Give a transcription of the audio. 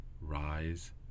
rise